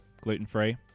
Gluten-free